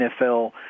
NFL